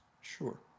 Sure